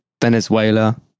Venezuela